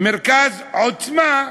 מרכז "עוצמה"